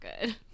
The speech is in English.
good